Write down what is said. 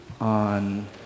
on